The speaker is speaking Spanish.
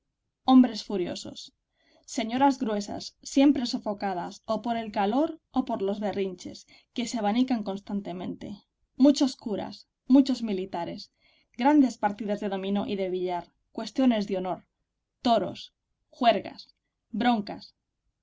hombres furiosos señoras gruesas siempre sofocadas o por el calor o por los berrinches que se abanican constantemente muchos curas muchos militares grandes partidas de dominó y de billar cuestiones de honor toros juergas broncas